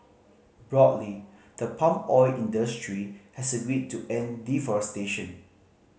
broadly the palm oil industry has agreed to end deforestation